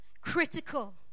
critical